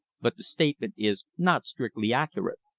but the statement is not strictly accurate.